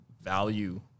value